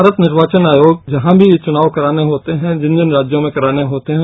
भारत निर्वाचन आयोग जहां भी ये चुनाव करवाने होते हैं जिन जिन राज्यों में कराने होते हैं